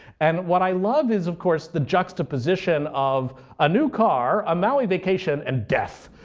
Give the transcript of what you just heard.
and what i love is, of course, the juxtaposition of a new car, a maui vacation, and death.